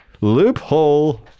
loophole